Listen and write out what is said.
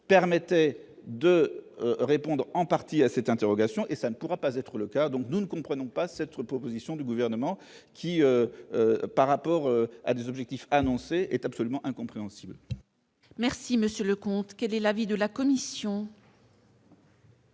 permettait de répondre en partie à cette interrogation et ça ne pourra pas être le cas, donc nous ne comprenons pas s'être proposition du gouvernement qui, par rapport à des objectifs annoncés est absolument incompréhensible. Merci, Monsieur le comte, quel est l'avis de la commission.